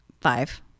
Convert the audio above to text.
five